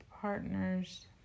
partners